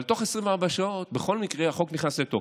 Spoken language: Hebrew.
אבל בתוך 24 שעות בכל מקרה החוק נכנס לתוקף.